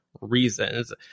reasons